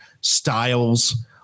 styles